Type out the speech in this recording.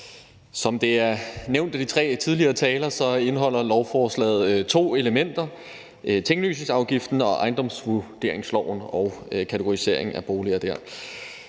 Som det er nævnt af de tre tidligere talere, indeholder lovforslaget to elementer: tinglysningsafgiften og ejendomsvurderingsloven og kategoriseringen af boliger dér.